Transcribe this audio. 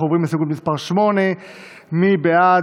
אנחנו עוברים להסתייגות מס' 8. מי בעד?